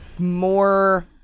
more